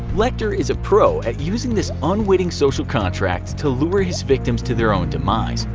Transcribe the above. lecter is a pro at using this unwitting social contract to lure his victims to their own demise,